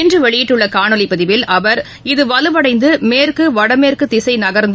இன்று வெளியிட்டுள்ள காணொலி பதிவில் அவர் இது வலுவடைந்து மேற்கு வடமேற்கு திசை நகர்ந்து